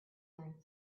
learn